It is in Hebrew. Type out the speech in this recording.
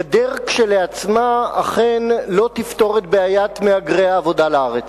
גדר כשלעצמה אכן לא תפתור את בעיית מהגרי העבודה הנכנסים לארץ.